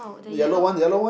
the yellow